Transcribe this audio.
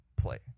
play